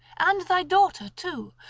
and thy daughter too,